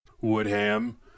Woodham